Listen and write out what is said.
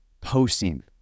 posting